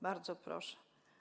Bardzo proszę.